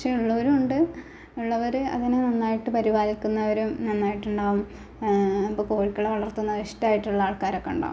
പക്ഷെ ഉള്ളവരുവുണ്ട് ഉള്ളവര് അതിനെ നന്നായിട്ട് പരിപാലിക്കുന്നവരും നന്നായിട്ടുണ്ടാവും ഇപ്പം കോഴിക്കളെ വളര്ത്തുന്ന ഇഷ്ടമായിട്ടുള്ള ആള്ക്കാരൊക്കെ ഉണ്ടാവും